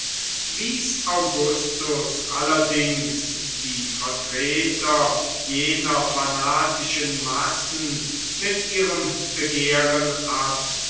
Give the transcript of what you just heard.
wies augustus allerdings die vertreter jener fanatischen massen mit ihrem begehren ab